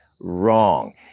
wrong